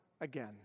again